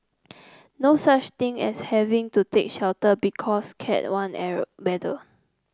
no such thing as having to take shelter because Cat I weather